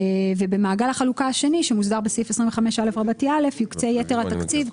במעגל החלוקה השני שמוסדר בסעיף 25א(א) יוקצה יתר התקציב,